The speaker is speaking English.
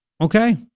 Okay